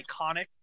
iconic